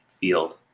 field